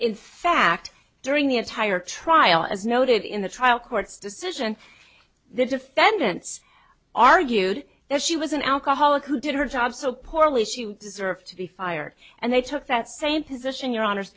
in fact during the entire trial as noted in the trial court's decision the defendants argued that she was an alcoholic who did her job so poorly as you deserve to be fired and they took that same position your hon